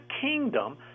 kingdom